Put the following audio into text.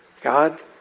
God